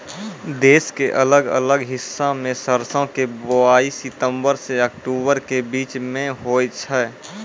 देश के अलग अलग हिस्सा मॅ सरसों के बुआई सितंबर सॅ अक्टूबर के बीच मॅ होय छै